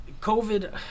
COVID